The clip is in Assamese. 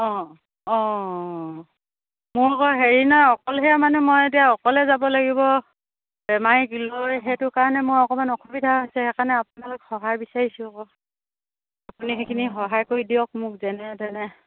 অঁ অঁ মোৰ আকৌ হেৰি নহয় অকলশৰীয়া মানুহ মই এতিয়া অকলে যাব লাগিব বেমাৰীক লৈ সেইটো কাৰণে মই অকণমান অসুবিধা হৈছে সেইকাৰণে আপোনালোকক সহায় বিচাৰিছোঁ আকৌ আপুনি সেইখিনি সহায় কৰি দিয়ক মোক যেনে তেনে